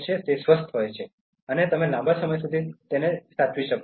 તેથી તે સ્વસ્થ છે અને તમે લાંબા સમય સુધી જીવો છો